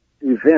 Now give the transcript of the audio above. event